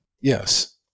Yes